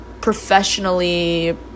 professionally